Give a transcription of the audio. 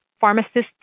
Pharmacist's